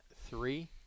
three